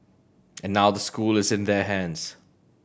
and now the school is in their hands